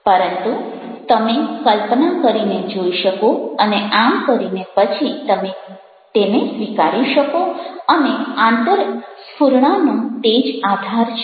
પરંતુ તમે કલ્પના કરીને જોઈ શકો અને આમ કરીને પછી તમે તેને સ્વીકારી શકો અને આંતરસ્ફુરણાનો તે જ આધાર છે